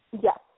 Yes